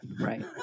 right